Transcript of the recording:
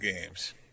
games